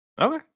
Okay